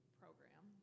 program